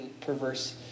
perverse